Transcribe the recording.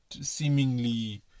seemingly